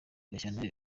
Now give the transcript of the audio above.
gashyantare